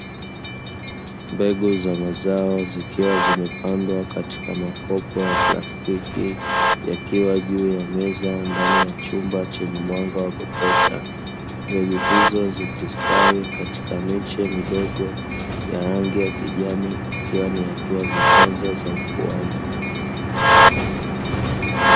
Mbegu za mazao zikiwa zimepandwa katika makopo ya plastiki yakiwa juu ya meza ndani ya chumba chenye mwanga wa kutosha, mbegu hizo zikistawi katika mechi ya midogo ya rangi ya kijani ikiwa ni hatua za kwanza za ukuaji.